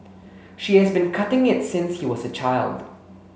she has been cutting it since he was a child